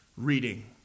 reading